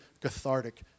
cathartic